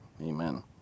Amen